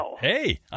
hey